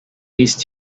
these